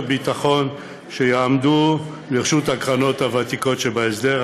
ביטחון שיעמדו לרשות הקרנות הוותיקות שבהסדר.